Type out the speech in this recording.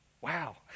Wow